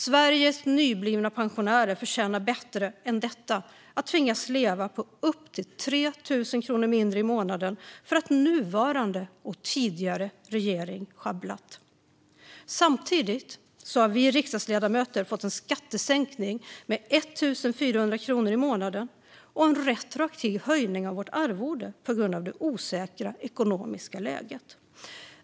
Sveriges nyblivna pensionärer förtjänar bättre än att tvingas leva på upp till 3 000 kronor mindre i månaden för att nuvarande och tidigare regering sjabblat. Samtidigt har vi riksdagsledamöter fått en skattesänkning med 1 400 kronor i månaden och en retroaktiv höjning av vårt arvode på grund av det osäkra ekonomiska läget.